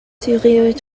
furieux